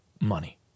money